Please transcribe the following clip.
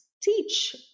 teach